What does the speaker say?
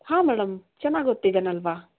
ಹಾಂ ಮೇಡಮ್ ಚೆನ್ನಾಗಿ ಓದ್ತಿದಾನೆ ಅಲ್ಲವಾ